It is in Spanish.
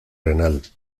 renal